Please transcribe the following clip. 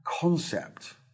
concept